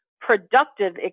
productive